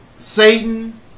Satan